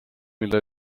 mille